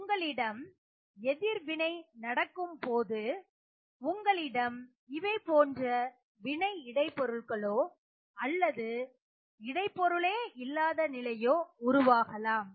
உங்களிடம் எதிர்வினை நடக்கும்போது உங்களிடம் இவைபோன்ற வினை இடை பொருட்களோ அல்லது இடை பொருளே இல்லாத நிலையோ உருவாகலாம்